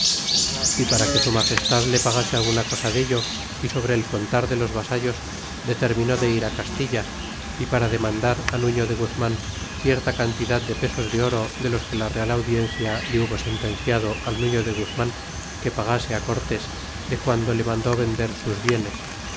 y para que su magestad le pagase alguna cosa dello y sobre el contar de los vasallos determiné de ir lt castilla y para demandará nufío de guzman cierta cantidad de pesos de oro de los cine la real audiencia le hubo sentenciado al nufío de guzman que pagase á cortés de guando le mandó vender sus bienes